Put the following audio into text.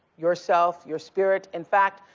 yourself, your spirit. in fact,